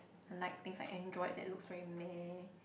unlike things like Android that looks very meh